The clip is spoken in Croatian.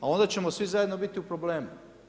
A onda ćemo svi zajedno biti u problemu.